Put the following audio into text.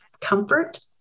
comfort